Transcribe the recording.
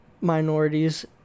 minorities